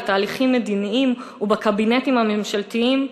לתהליכים מדיניים ובקבינטים הממשלתיים.